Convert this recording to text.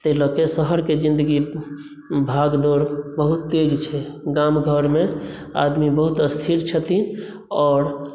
ताहि लऽ के शहरके जिन्दगी भाग दौड़ बहुत तेज छै गाम घरमे आदमी बहुत स्थिर छथिन आओर